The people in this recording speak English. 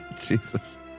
Jesus